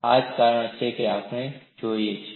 આ જ કારણ છે કે આપણે તેને જોઈએ છીએ